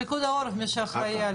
פיקוד העורף, מי שאחראי.